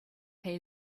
pay